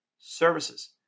services